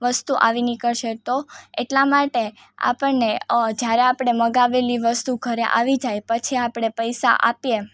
વસ્તુ આવી નીકળશે તો એટલા માટે આપણને જ્યારે આપણે મગાવેલી વસ્તુ ઘરે આવી જાય પછી આપણે પૈસા આપીએ